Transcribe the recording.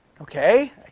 Okay